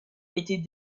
été